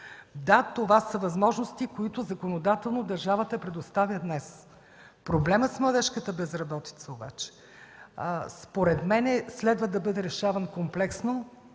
Да, това са възможности, които законодателно държавата предоставя днес. Проблемът с младежката безработица обаче следва да бъде решаван комплексно,